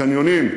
הקניונים.